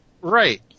Right